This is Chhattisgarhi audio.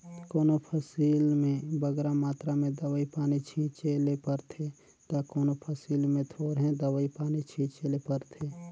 कोनो फसिल में बगरा मातरा में दवई पानी छींचे ले परथे ता कोनो फसिल में थोरहें दवई पानी छींचे ले परथे